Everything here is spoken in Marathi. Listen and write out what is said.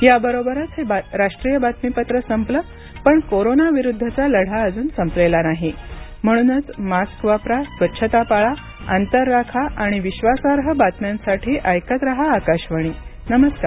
याबरोबरच हे राष्ट्रीय बातमीपत्र संपलं पण कोरोनाविरुद्धचा लढा अजून संपलेला नाही म्हणूनच मास्क वापरा स्वच्छता पाळा अंतर राखा आणि विश्वासार्ह बातम्यांसाठी ऐकत राहा आकाशवाणी नमरकार